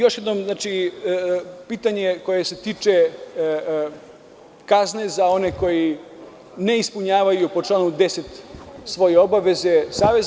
Još jedno pitanje koje se tiče kazne za one koji ne ispunjavaju po članu 10. svoje obaveze Saveza.